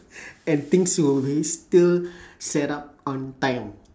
and things will really still set up on time